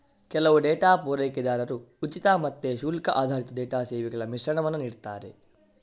ಕೆಲವು ಡೇಟಾ ಪೂರೈಕೆದಾರರು ಉಚಿತ ಮತ್ತೆ ಶುಲ್ಕ ಆಧಾರಿತ ಡೇಟಾ ಸೇವೆಗಳ ಮಿಶ್ರಣವನ್ನ ನೀಡ್ತಾರೆ